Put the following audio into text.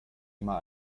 immer